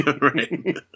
right